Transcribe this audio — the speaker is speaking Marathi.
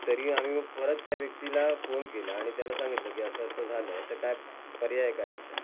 तरी आम्ही परत त्या व्यक्तीला फोन केला आणि त्याला सांगितलं की असं असं झालं आहे तर काय पर्याय काय याचा